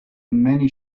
many